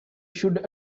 should